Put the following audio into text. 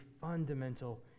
fundamental